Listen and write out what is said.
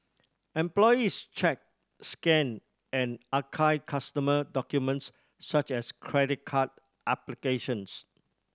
employees check scan and archive customer documents such as credit card applications